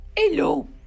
Hello